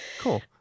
Cool